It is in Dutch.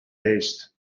leest